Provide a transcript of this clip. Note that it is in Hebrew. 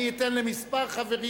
אני אתן לכמה חברים